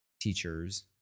teachers